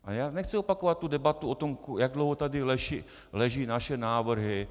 A já nechci opakovat tu debatu o tom, jak dlouho tady leží naše návrhy.